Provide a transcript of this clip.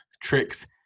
tricks